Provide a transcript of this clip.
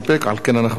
נעבור להצעות